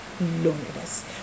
loneliness